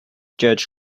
judge